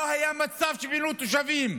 לא היה מצב שפינו תושבים.